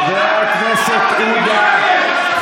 חבר הכנסת עודה,